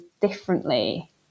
differently